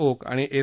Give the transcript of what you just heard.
okay आणि S